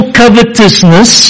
covetousness